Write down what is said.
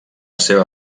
seva